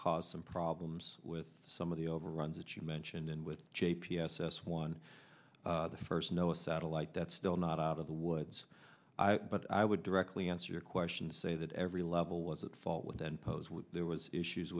caused some problems with some of the overruns that you mentioned in with j p s s one the first no satellite that's still not out of the woods but i would directly answer your question say that every level was at fault then post there was issues